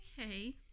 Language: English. Okay